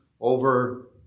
over